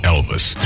Elvis